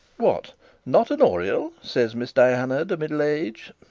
what not an oriel? says miss diana de midellage.